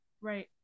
Right